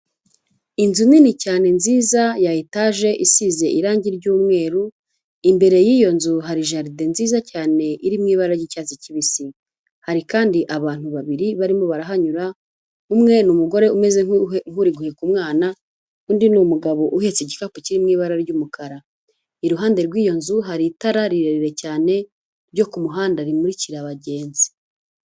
Inzu nini cyane nziza ya etaje isize irangi ry'umweru, imbere y'iyo nzu hari jaride nziza cyane iri mu ibara ry'icyatsi kibisi, hari kandi abantu babiri barimo barahanyura umwe ni uumugore umeze nk'uri guheka umwana, undi ni umugabo uhitse igikapu kiri mu ibara ry'umukara, iruhande rw'iyo nzu hari itara rirerire cyane ryo ku muhanda rimurikira abagenzi.